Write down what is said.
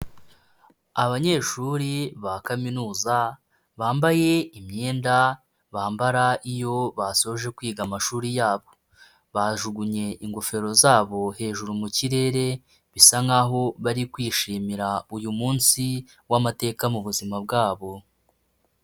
Abanyeshuri ba kaminuza bambaye imyenda bambara iyo basoje kwiga amashuri yabo, bajugunye ingofero zabo hejuru mu kirere bisa nk'aho bari kwishimira uyu munsi w'amateka mu buzima bwabo.